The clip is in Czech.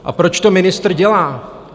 A proč to ministr dělá?